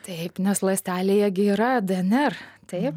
taip nes ląstelėje gi yra dnr taip